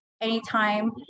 anytime